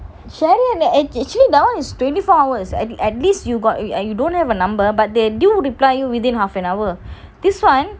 chariot act actually that [one] is twenty four hours and at least you got you you don't have a number but they do reply you within half an hour this [one]